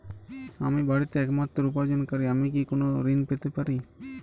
আমি বাড়িতে একমাত্র উপার্জনকারী আমি কি কোনো ঋণ পেতে পারি?